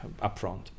upfront